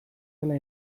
dela